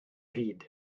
hyd